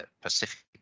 Pacific